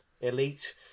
elite